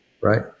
Right